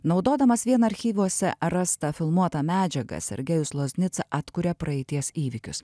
naudodamas vien archyvuose rastą filmuotą medžiagą sergejus loznica atkuria praeities įvykius